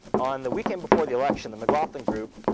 on the weekend before the election, the mclaughlin group,